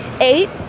Eight